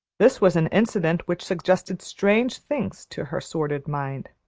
this was an incident which suggested strange things to her sordid mind.